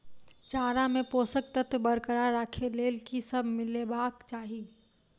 चारा मे पोसक तत्व बरकरार राखै लेल की सब मिलेबाक चाहि?